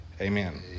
Amen